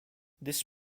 this